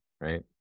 right